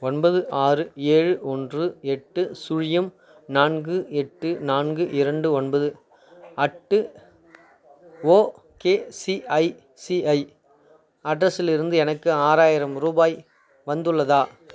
ஒன்பது ஆறு ஏழு ஒன்று எட்டு சுழியம் நான்கு எட்டு நான்கு இரண்டு ஒன்பது அட்டு ஓகேசிஐசிஐ அட்ரஸிலிருந்து எனக்கு ஆறாயிரம் ரூபாய் வந்துள்ளதா